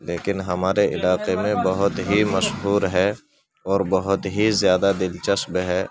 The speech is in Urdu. لیکن ہمارے علاقے میں بہت ہی مشہور ہے اور بہت ہی زیادہ دلچسپ ہے